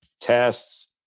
tests